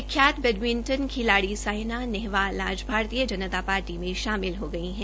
प्रख्यात बैडमिंटन खिलाड़ी साइना नेहवाल आज भारतीय जनता पार्टी में शामिल हो गई है